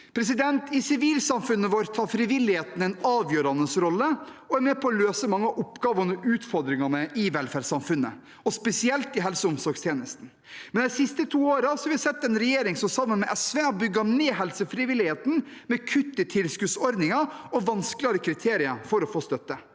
pasienter. I sivilsamfunnet vårt har frivilligheten en avgjørende rolle og er med på å løse mange av oppgavene og utfordringene i velferdssamfunnet, og spesielt i helse- og omsorgstjenesten. Men de siste to årene har vi sett en regjering som sammen med SV har bygget ned helsefrivilligheten med kutt i tilskuddsordninger og vanskeligere kriterier for å få støtte.